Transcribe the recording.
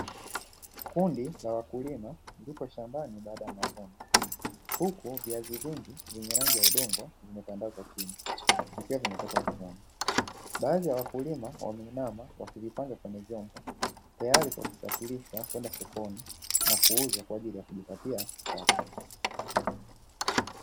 Kundi la wakulima lipo shambani baada ya mavuno, huku viazi vingi vyenye rangi ya udongo vimetandazwa chini vikiwa vimetoka kuvunwa. Baadhi ya wakulima wameinama, wakivipanga kwenye vyombo tayari kwa kusafirishwa na kwenda sokoni na kuuzwa, kwa ajili ya kujipatia kipato.